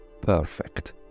perfect